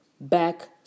back